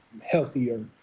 healthier